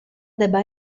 debba